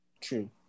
True